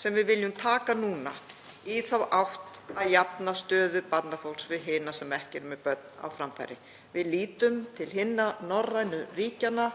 sem við viljum stíga núna í þá átt að jafna stöðu barnafólks við þá sem ekki eru með börn á framfæri. Við lítum til hinna norrænu ríkjanna